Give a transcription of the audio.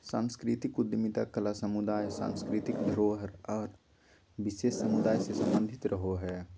सांस्कृतिक उद्यमिता कला समुदाय, सांस्कृतिक धरोहर आर विशेष समुदाय से सम्बंधित रहो हय